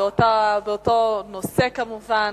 באותו נושא כמובן,